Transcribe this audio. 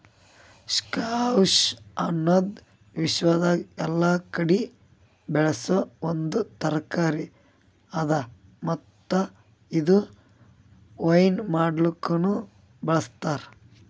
squash ಅನದ್ ವಿಶ್ವದಾಗ್ ಎಲ್ಲಾ ಕಡಿ ಬೆಳಸೋ ಒಂದ್ ತರಕಾರಿ ಅದಾ ಮತ್ತ ಇದು ವೈನ್ ಮಾಡ್ಲುಕನು ಬಳ್ಸತಾರ್